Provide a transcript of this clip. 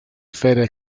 fede